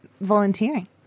volunteering